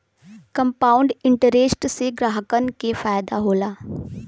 compound interest से ग्राहकन के फायदा होला